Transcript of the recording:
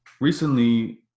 recently